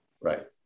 Right